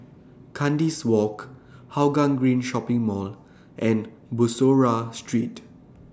Kandis Walk Hougang Green Shopping Mall and Bussorah Street